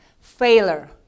failure